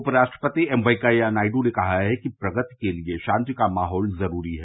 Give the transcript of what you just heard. उपराष्ट्रपति एम वैंकैया नायडू ने कहा है कि प्रगति के लिए शांति का माहौल जरूरी है